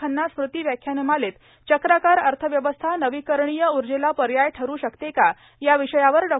खन्ना स्मृती व्याख्यानमालेत चक्राकार अथव्यवस्था नवीकरणीय ऊजला पयाय ठरू शकते का या विषयावर डॉ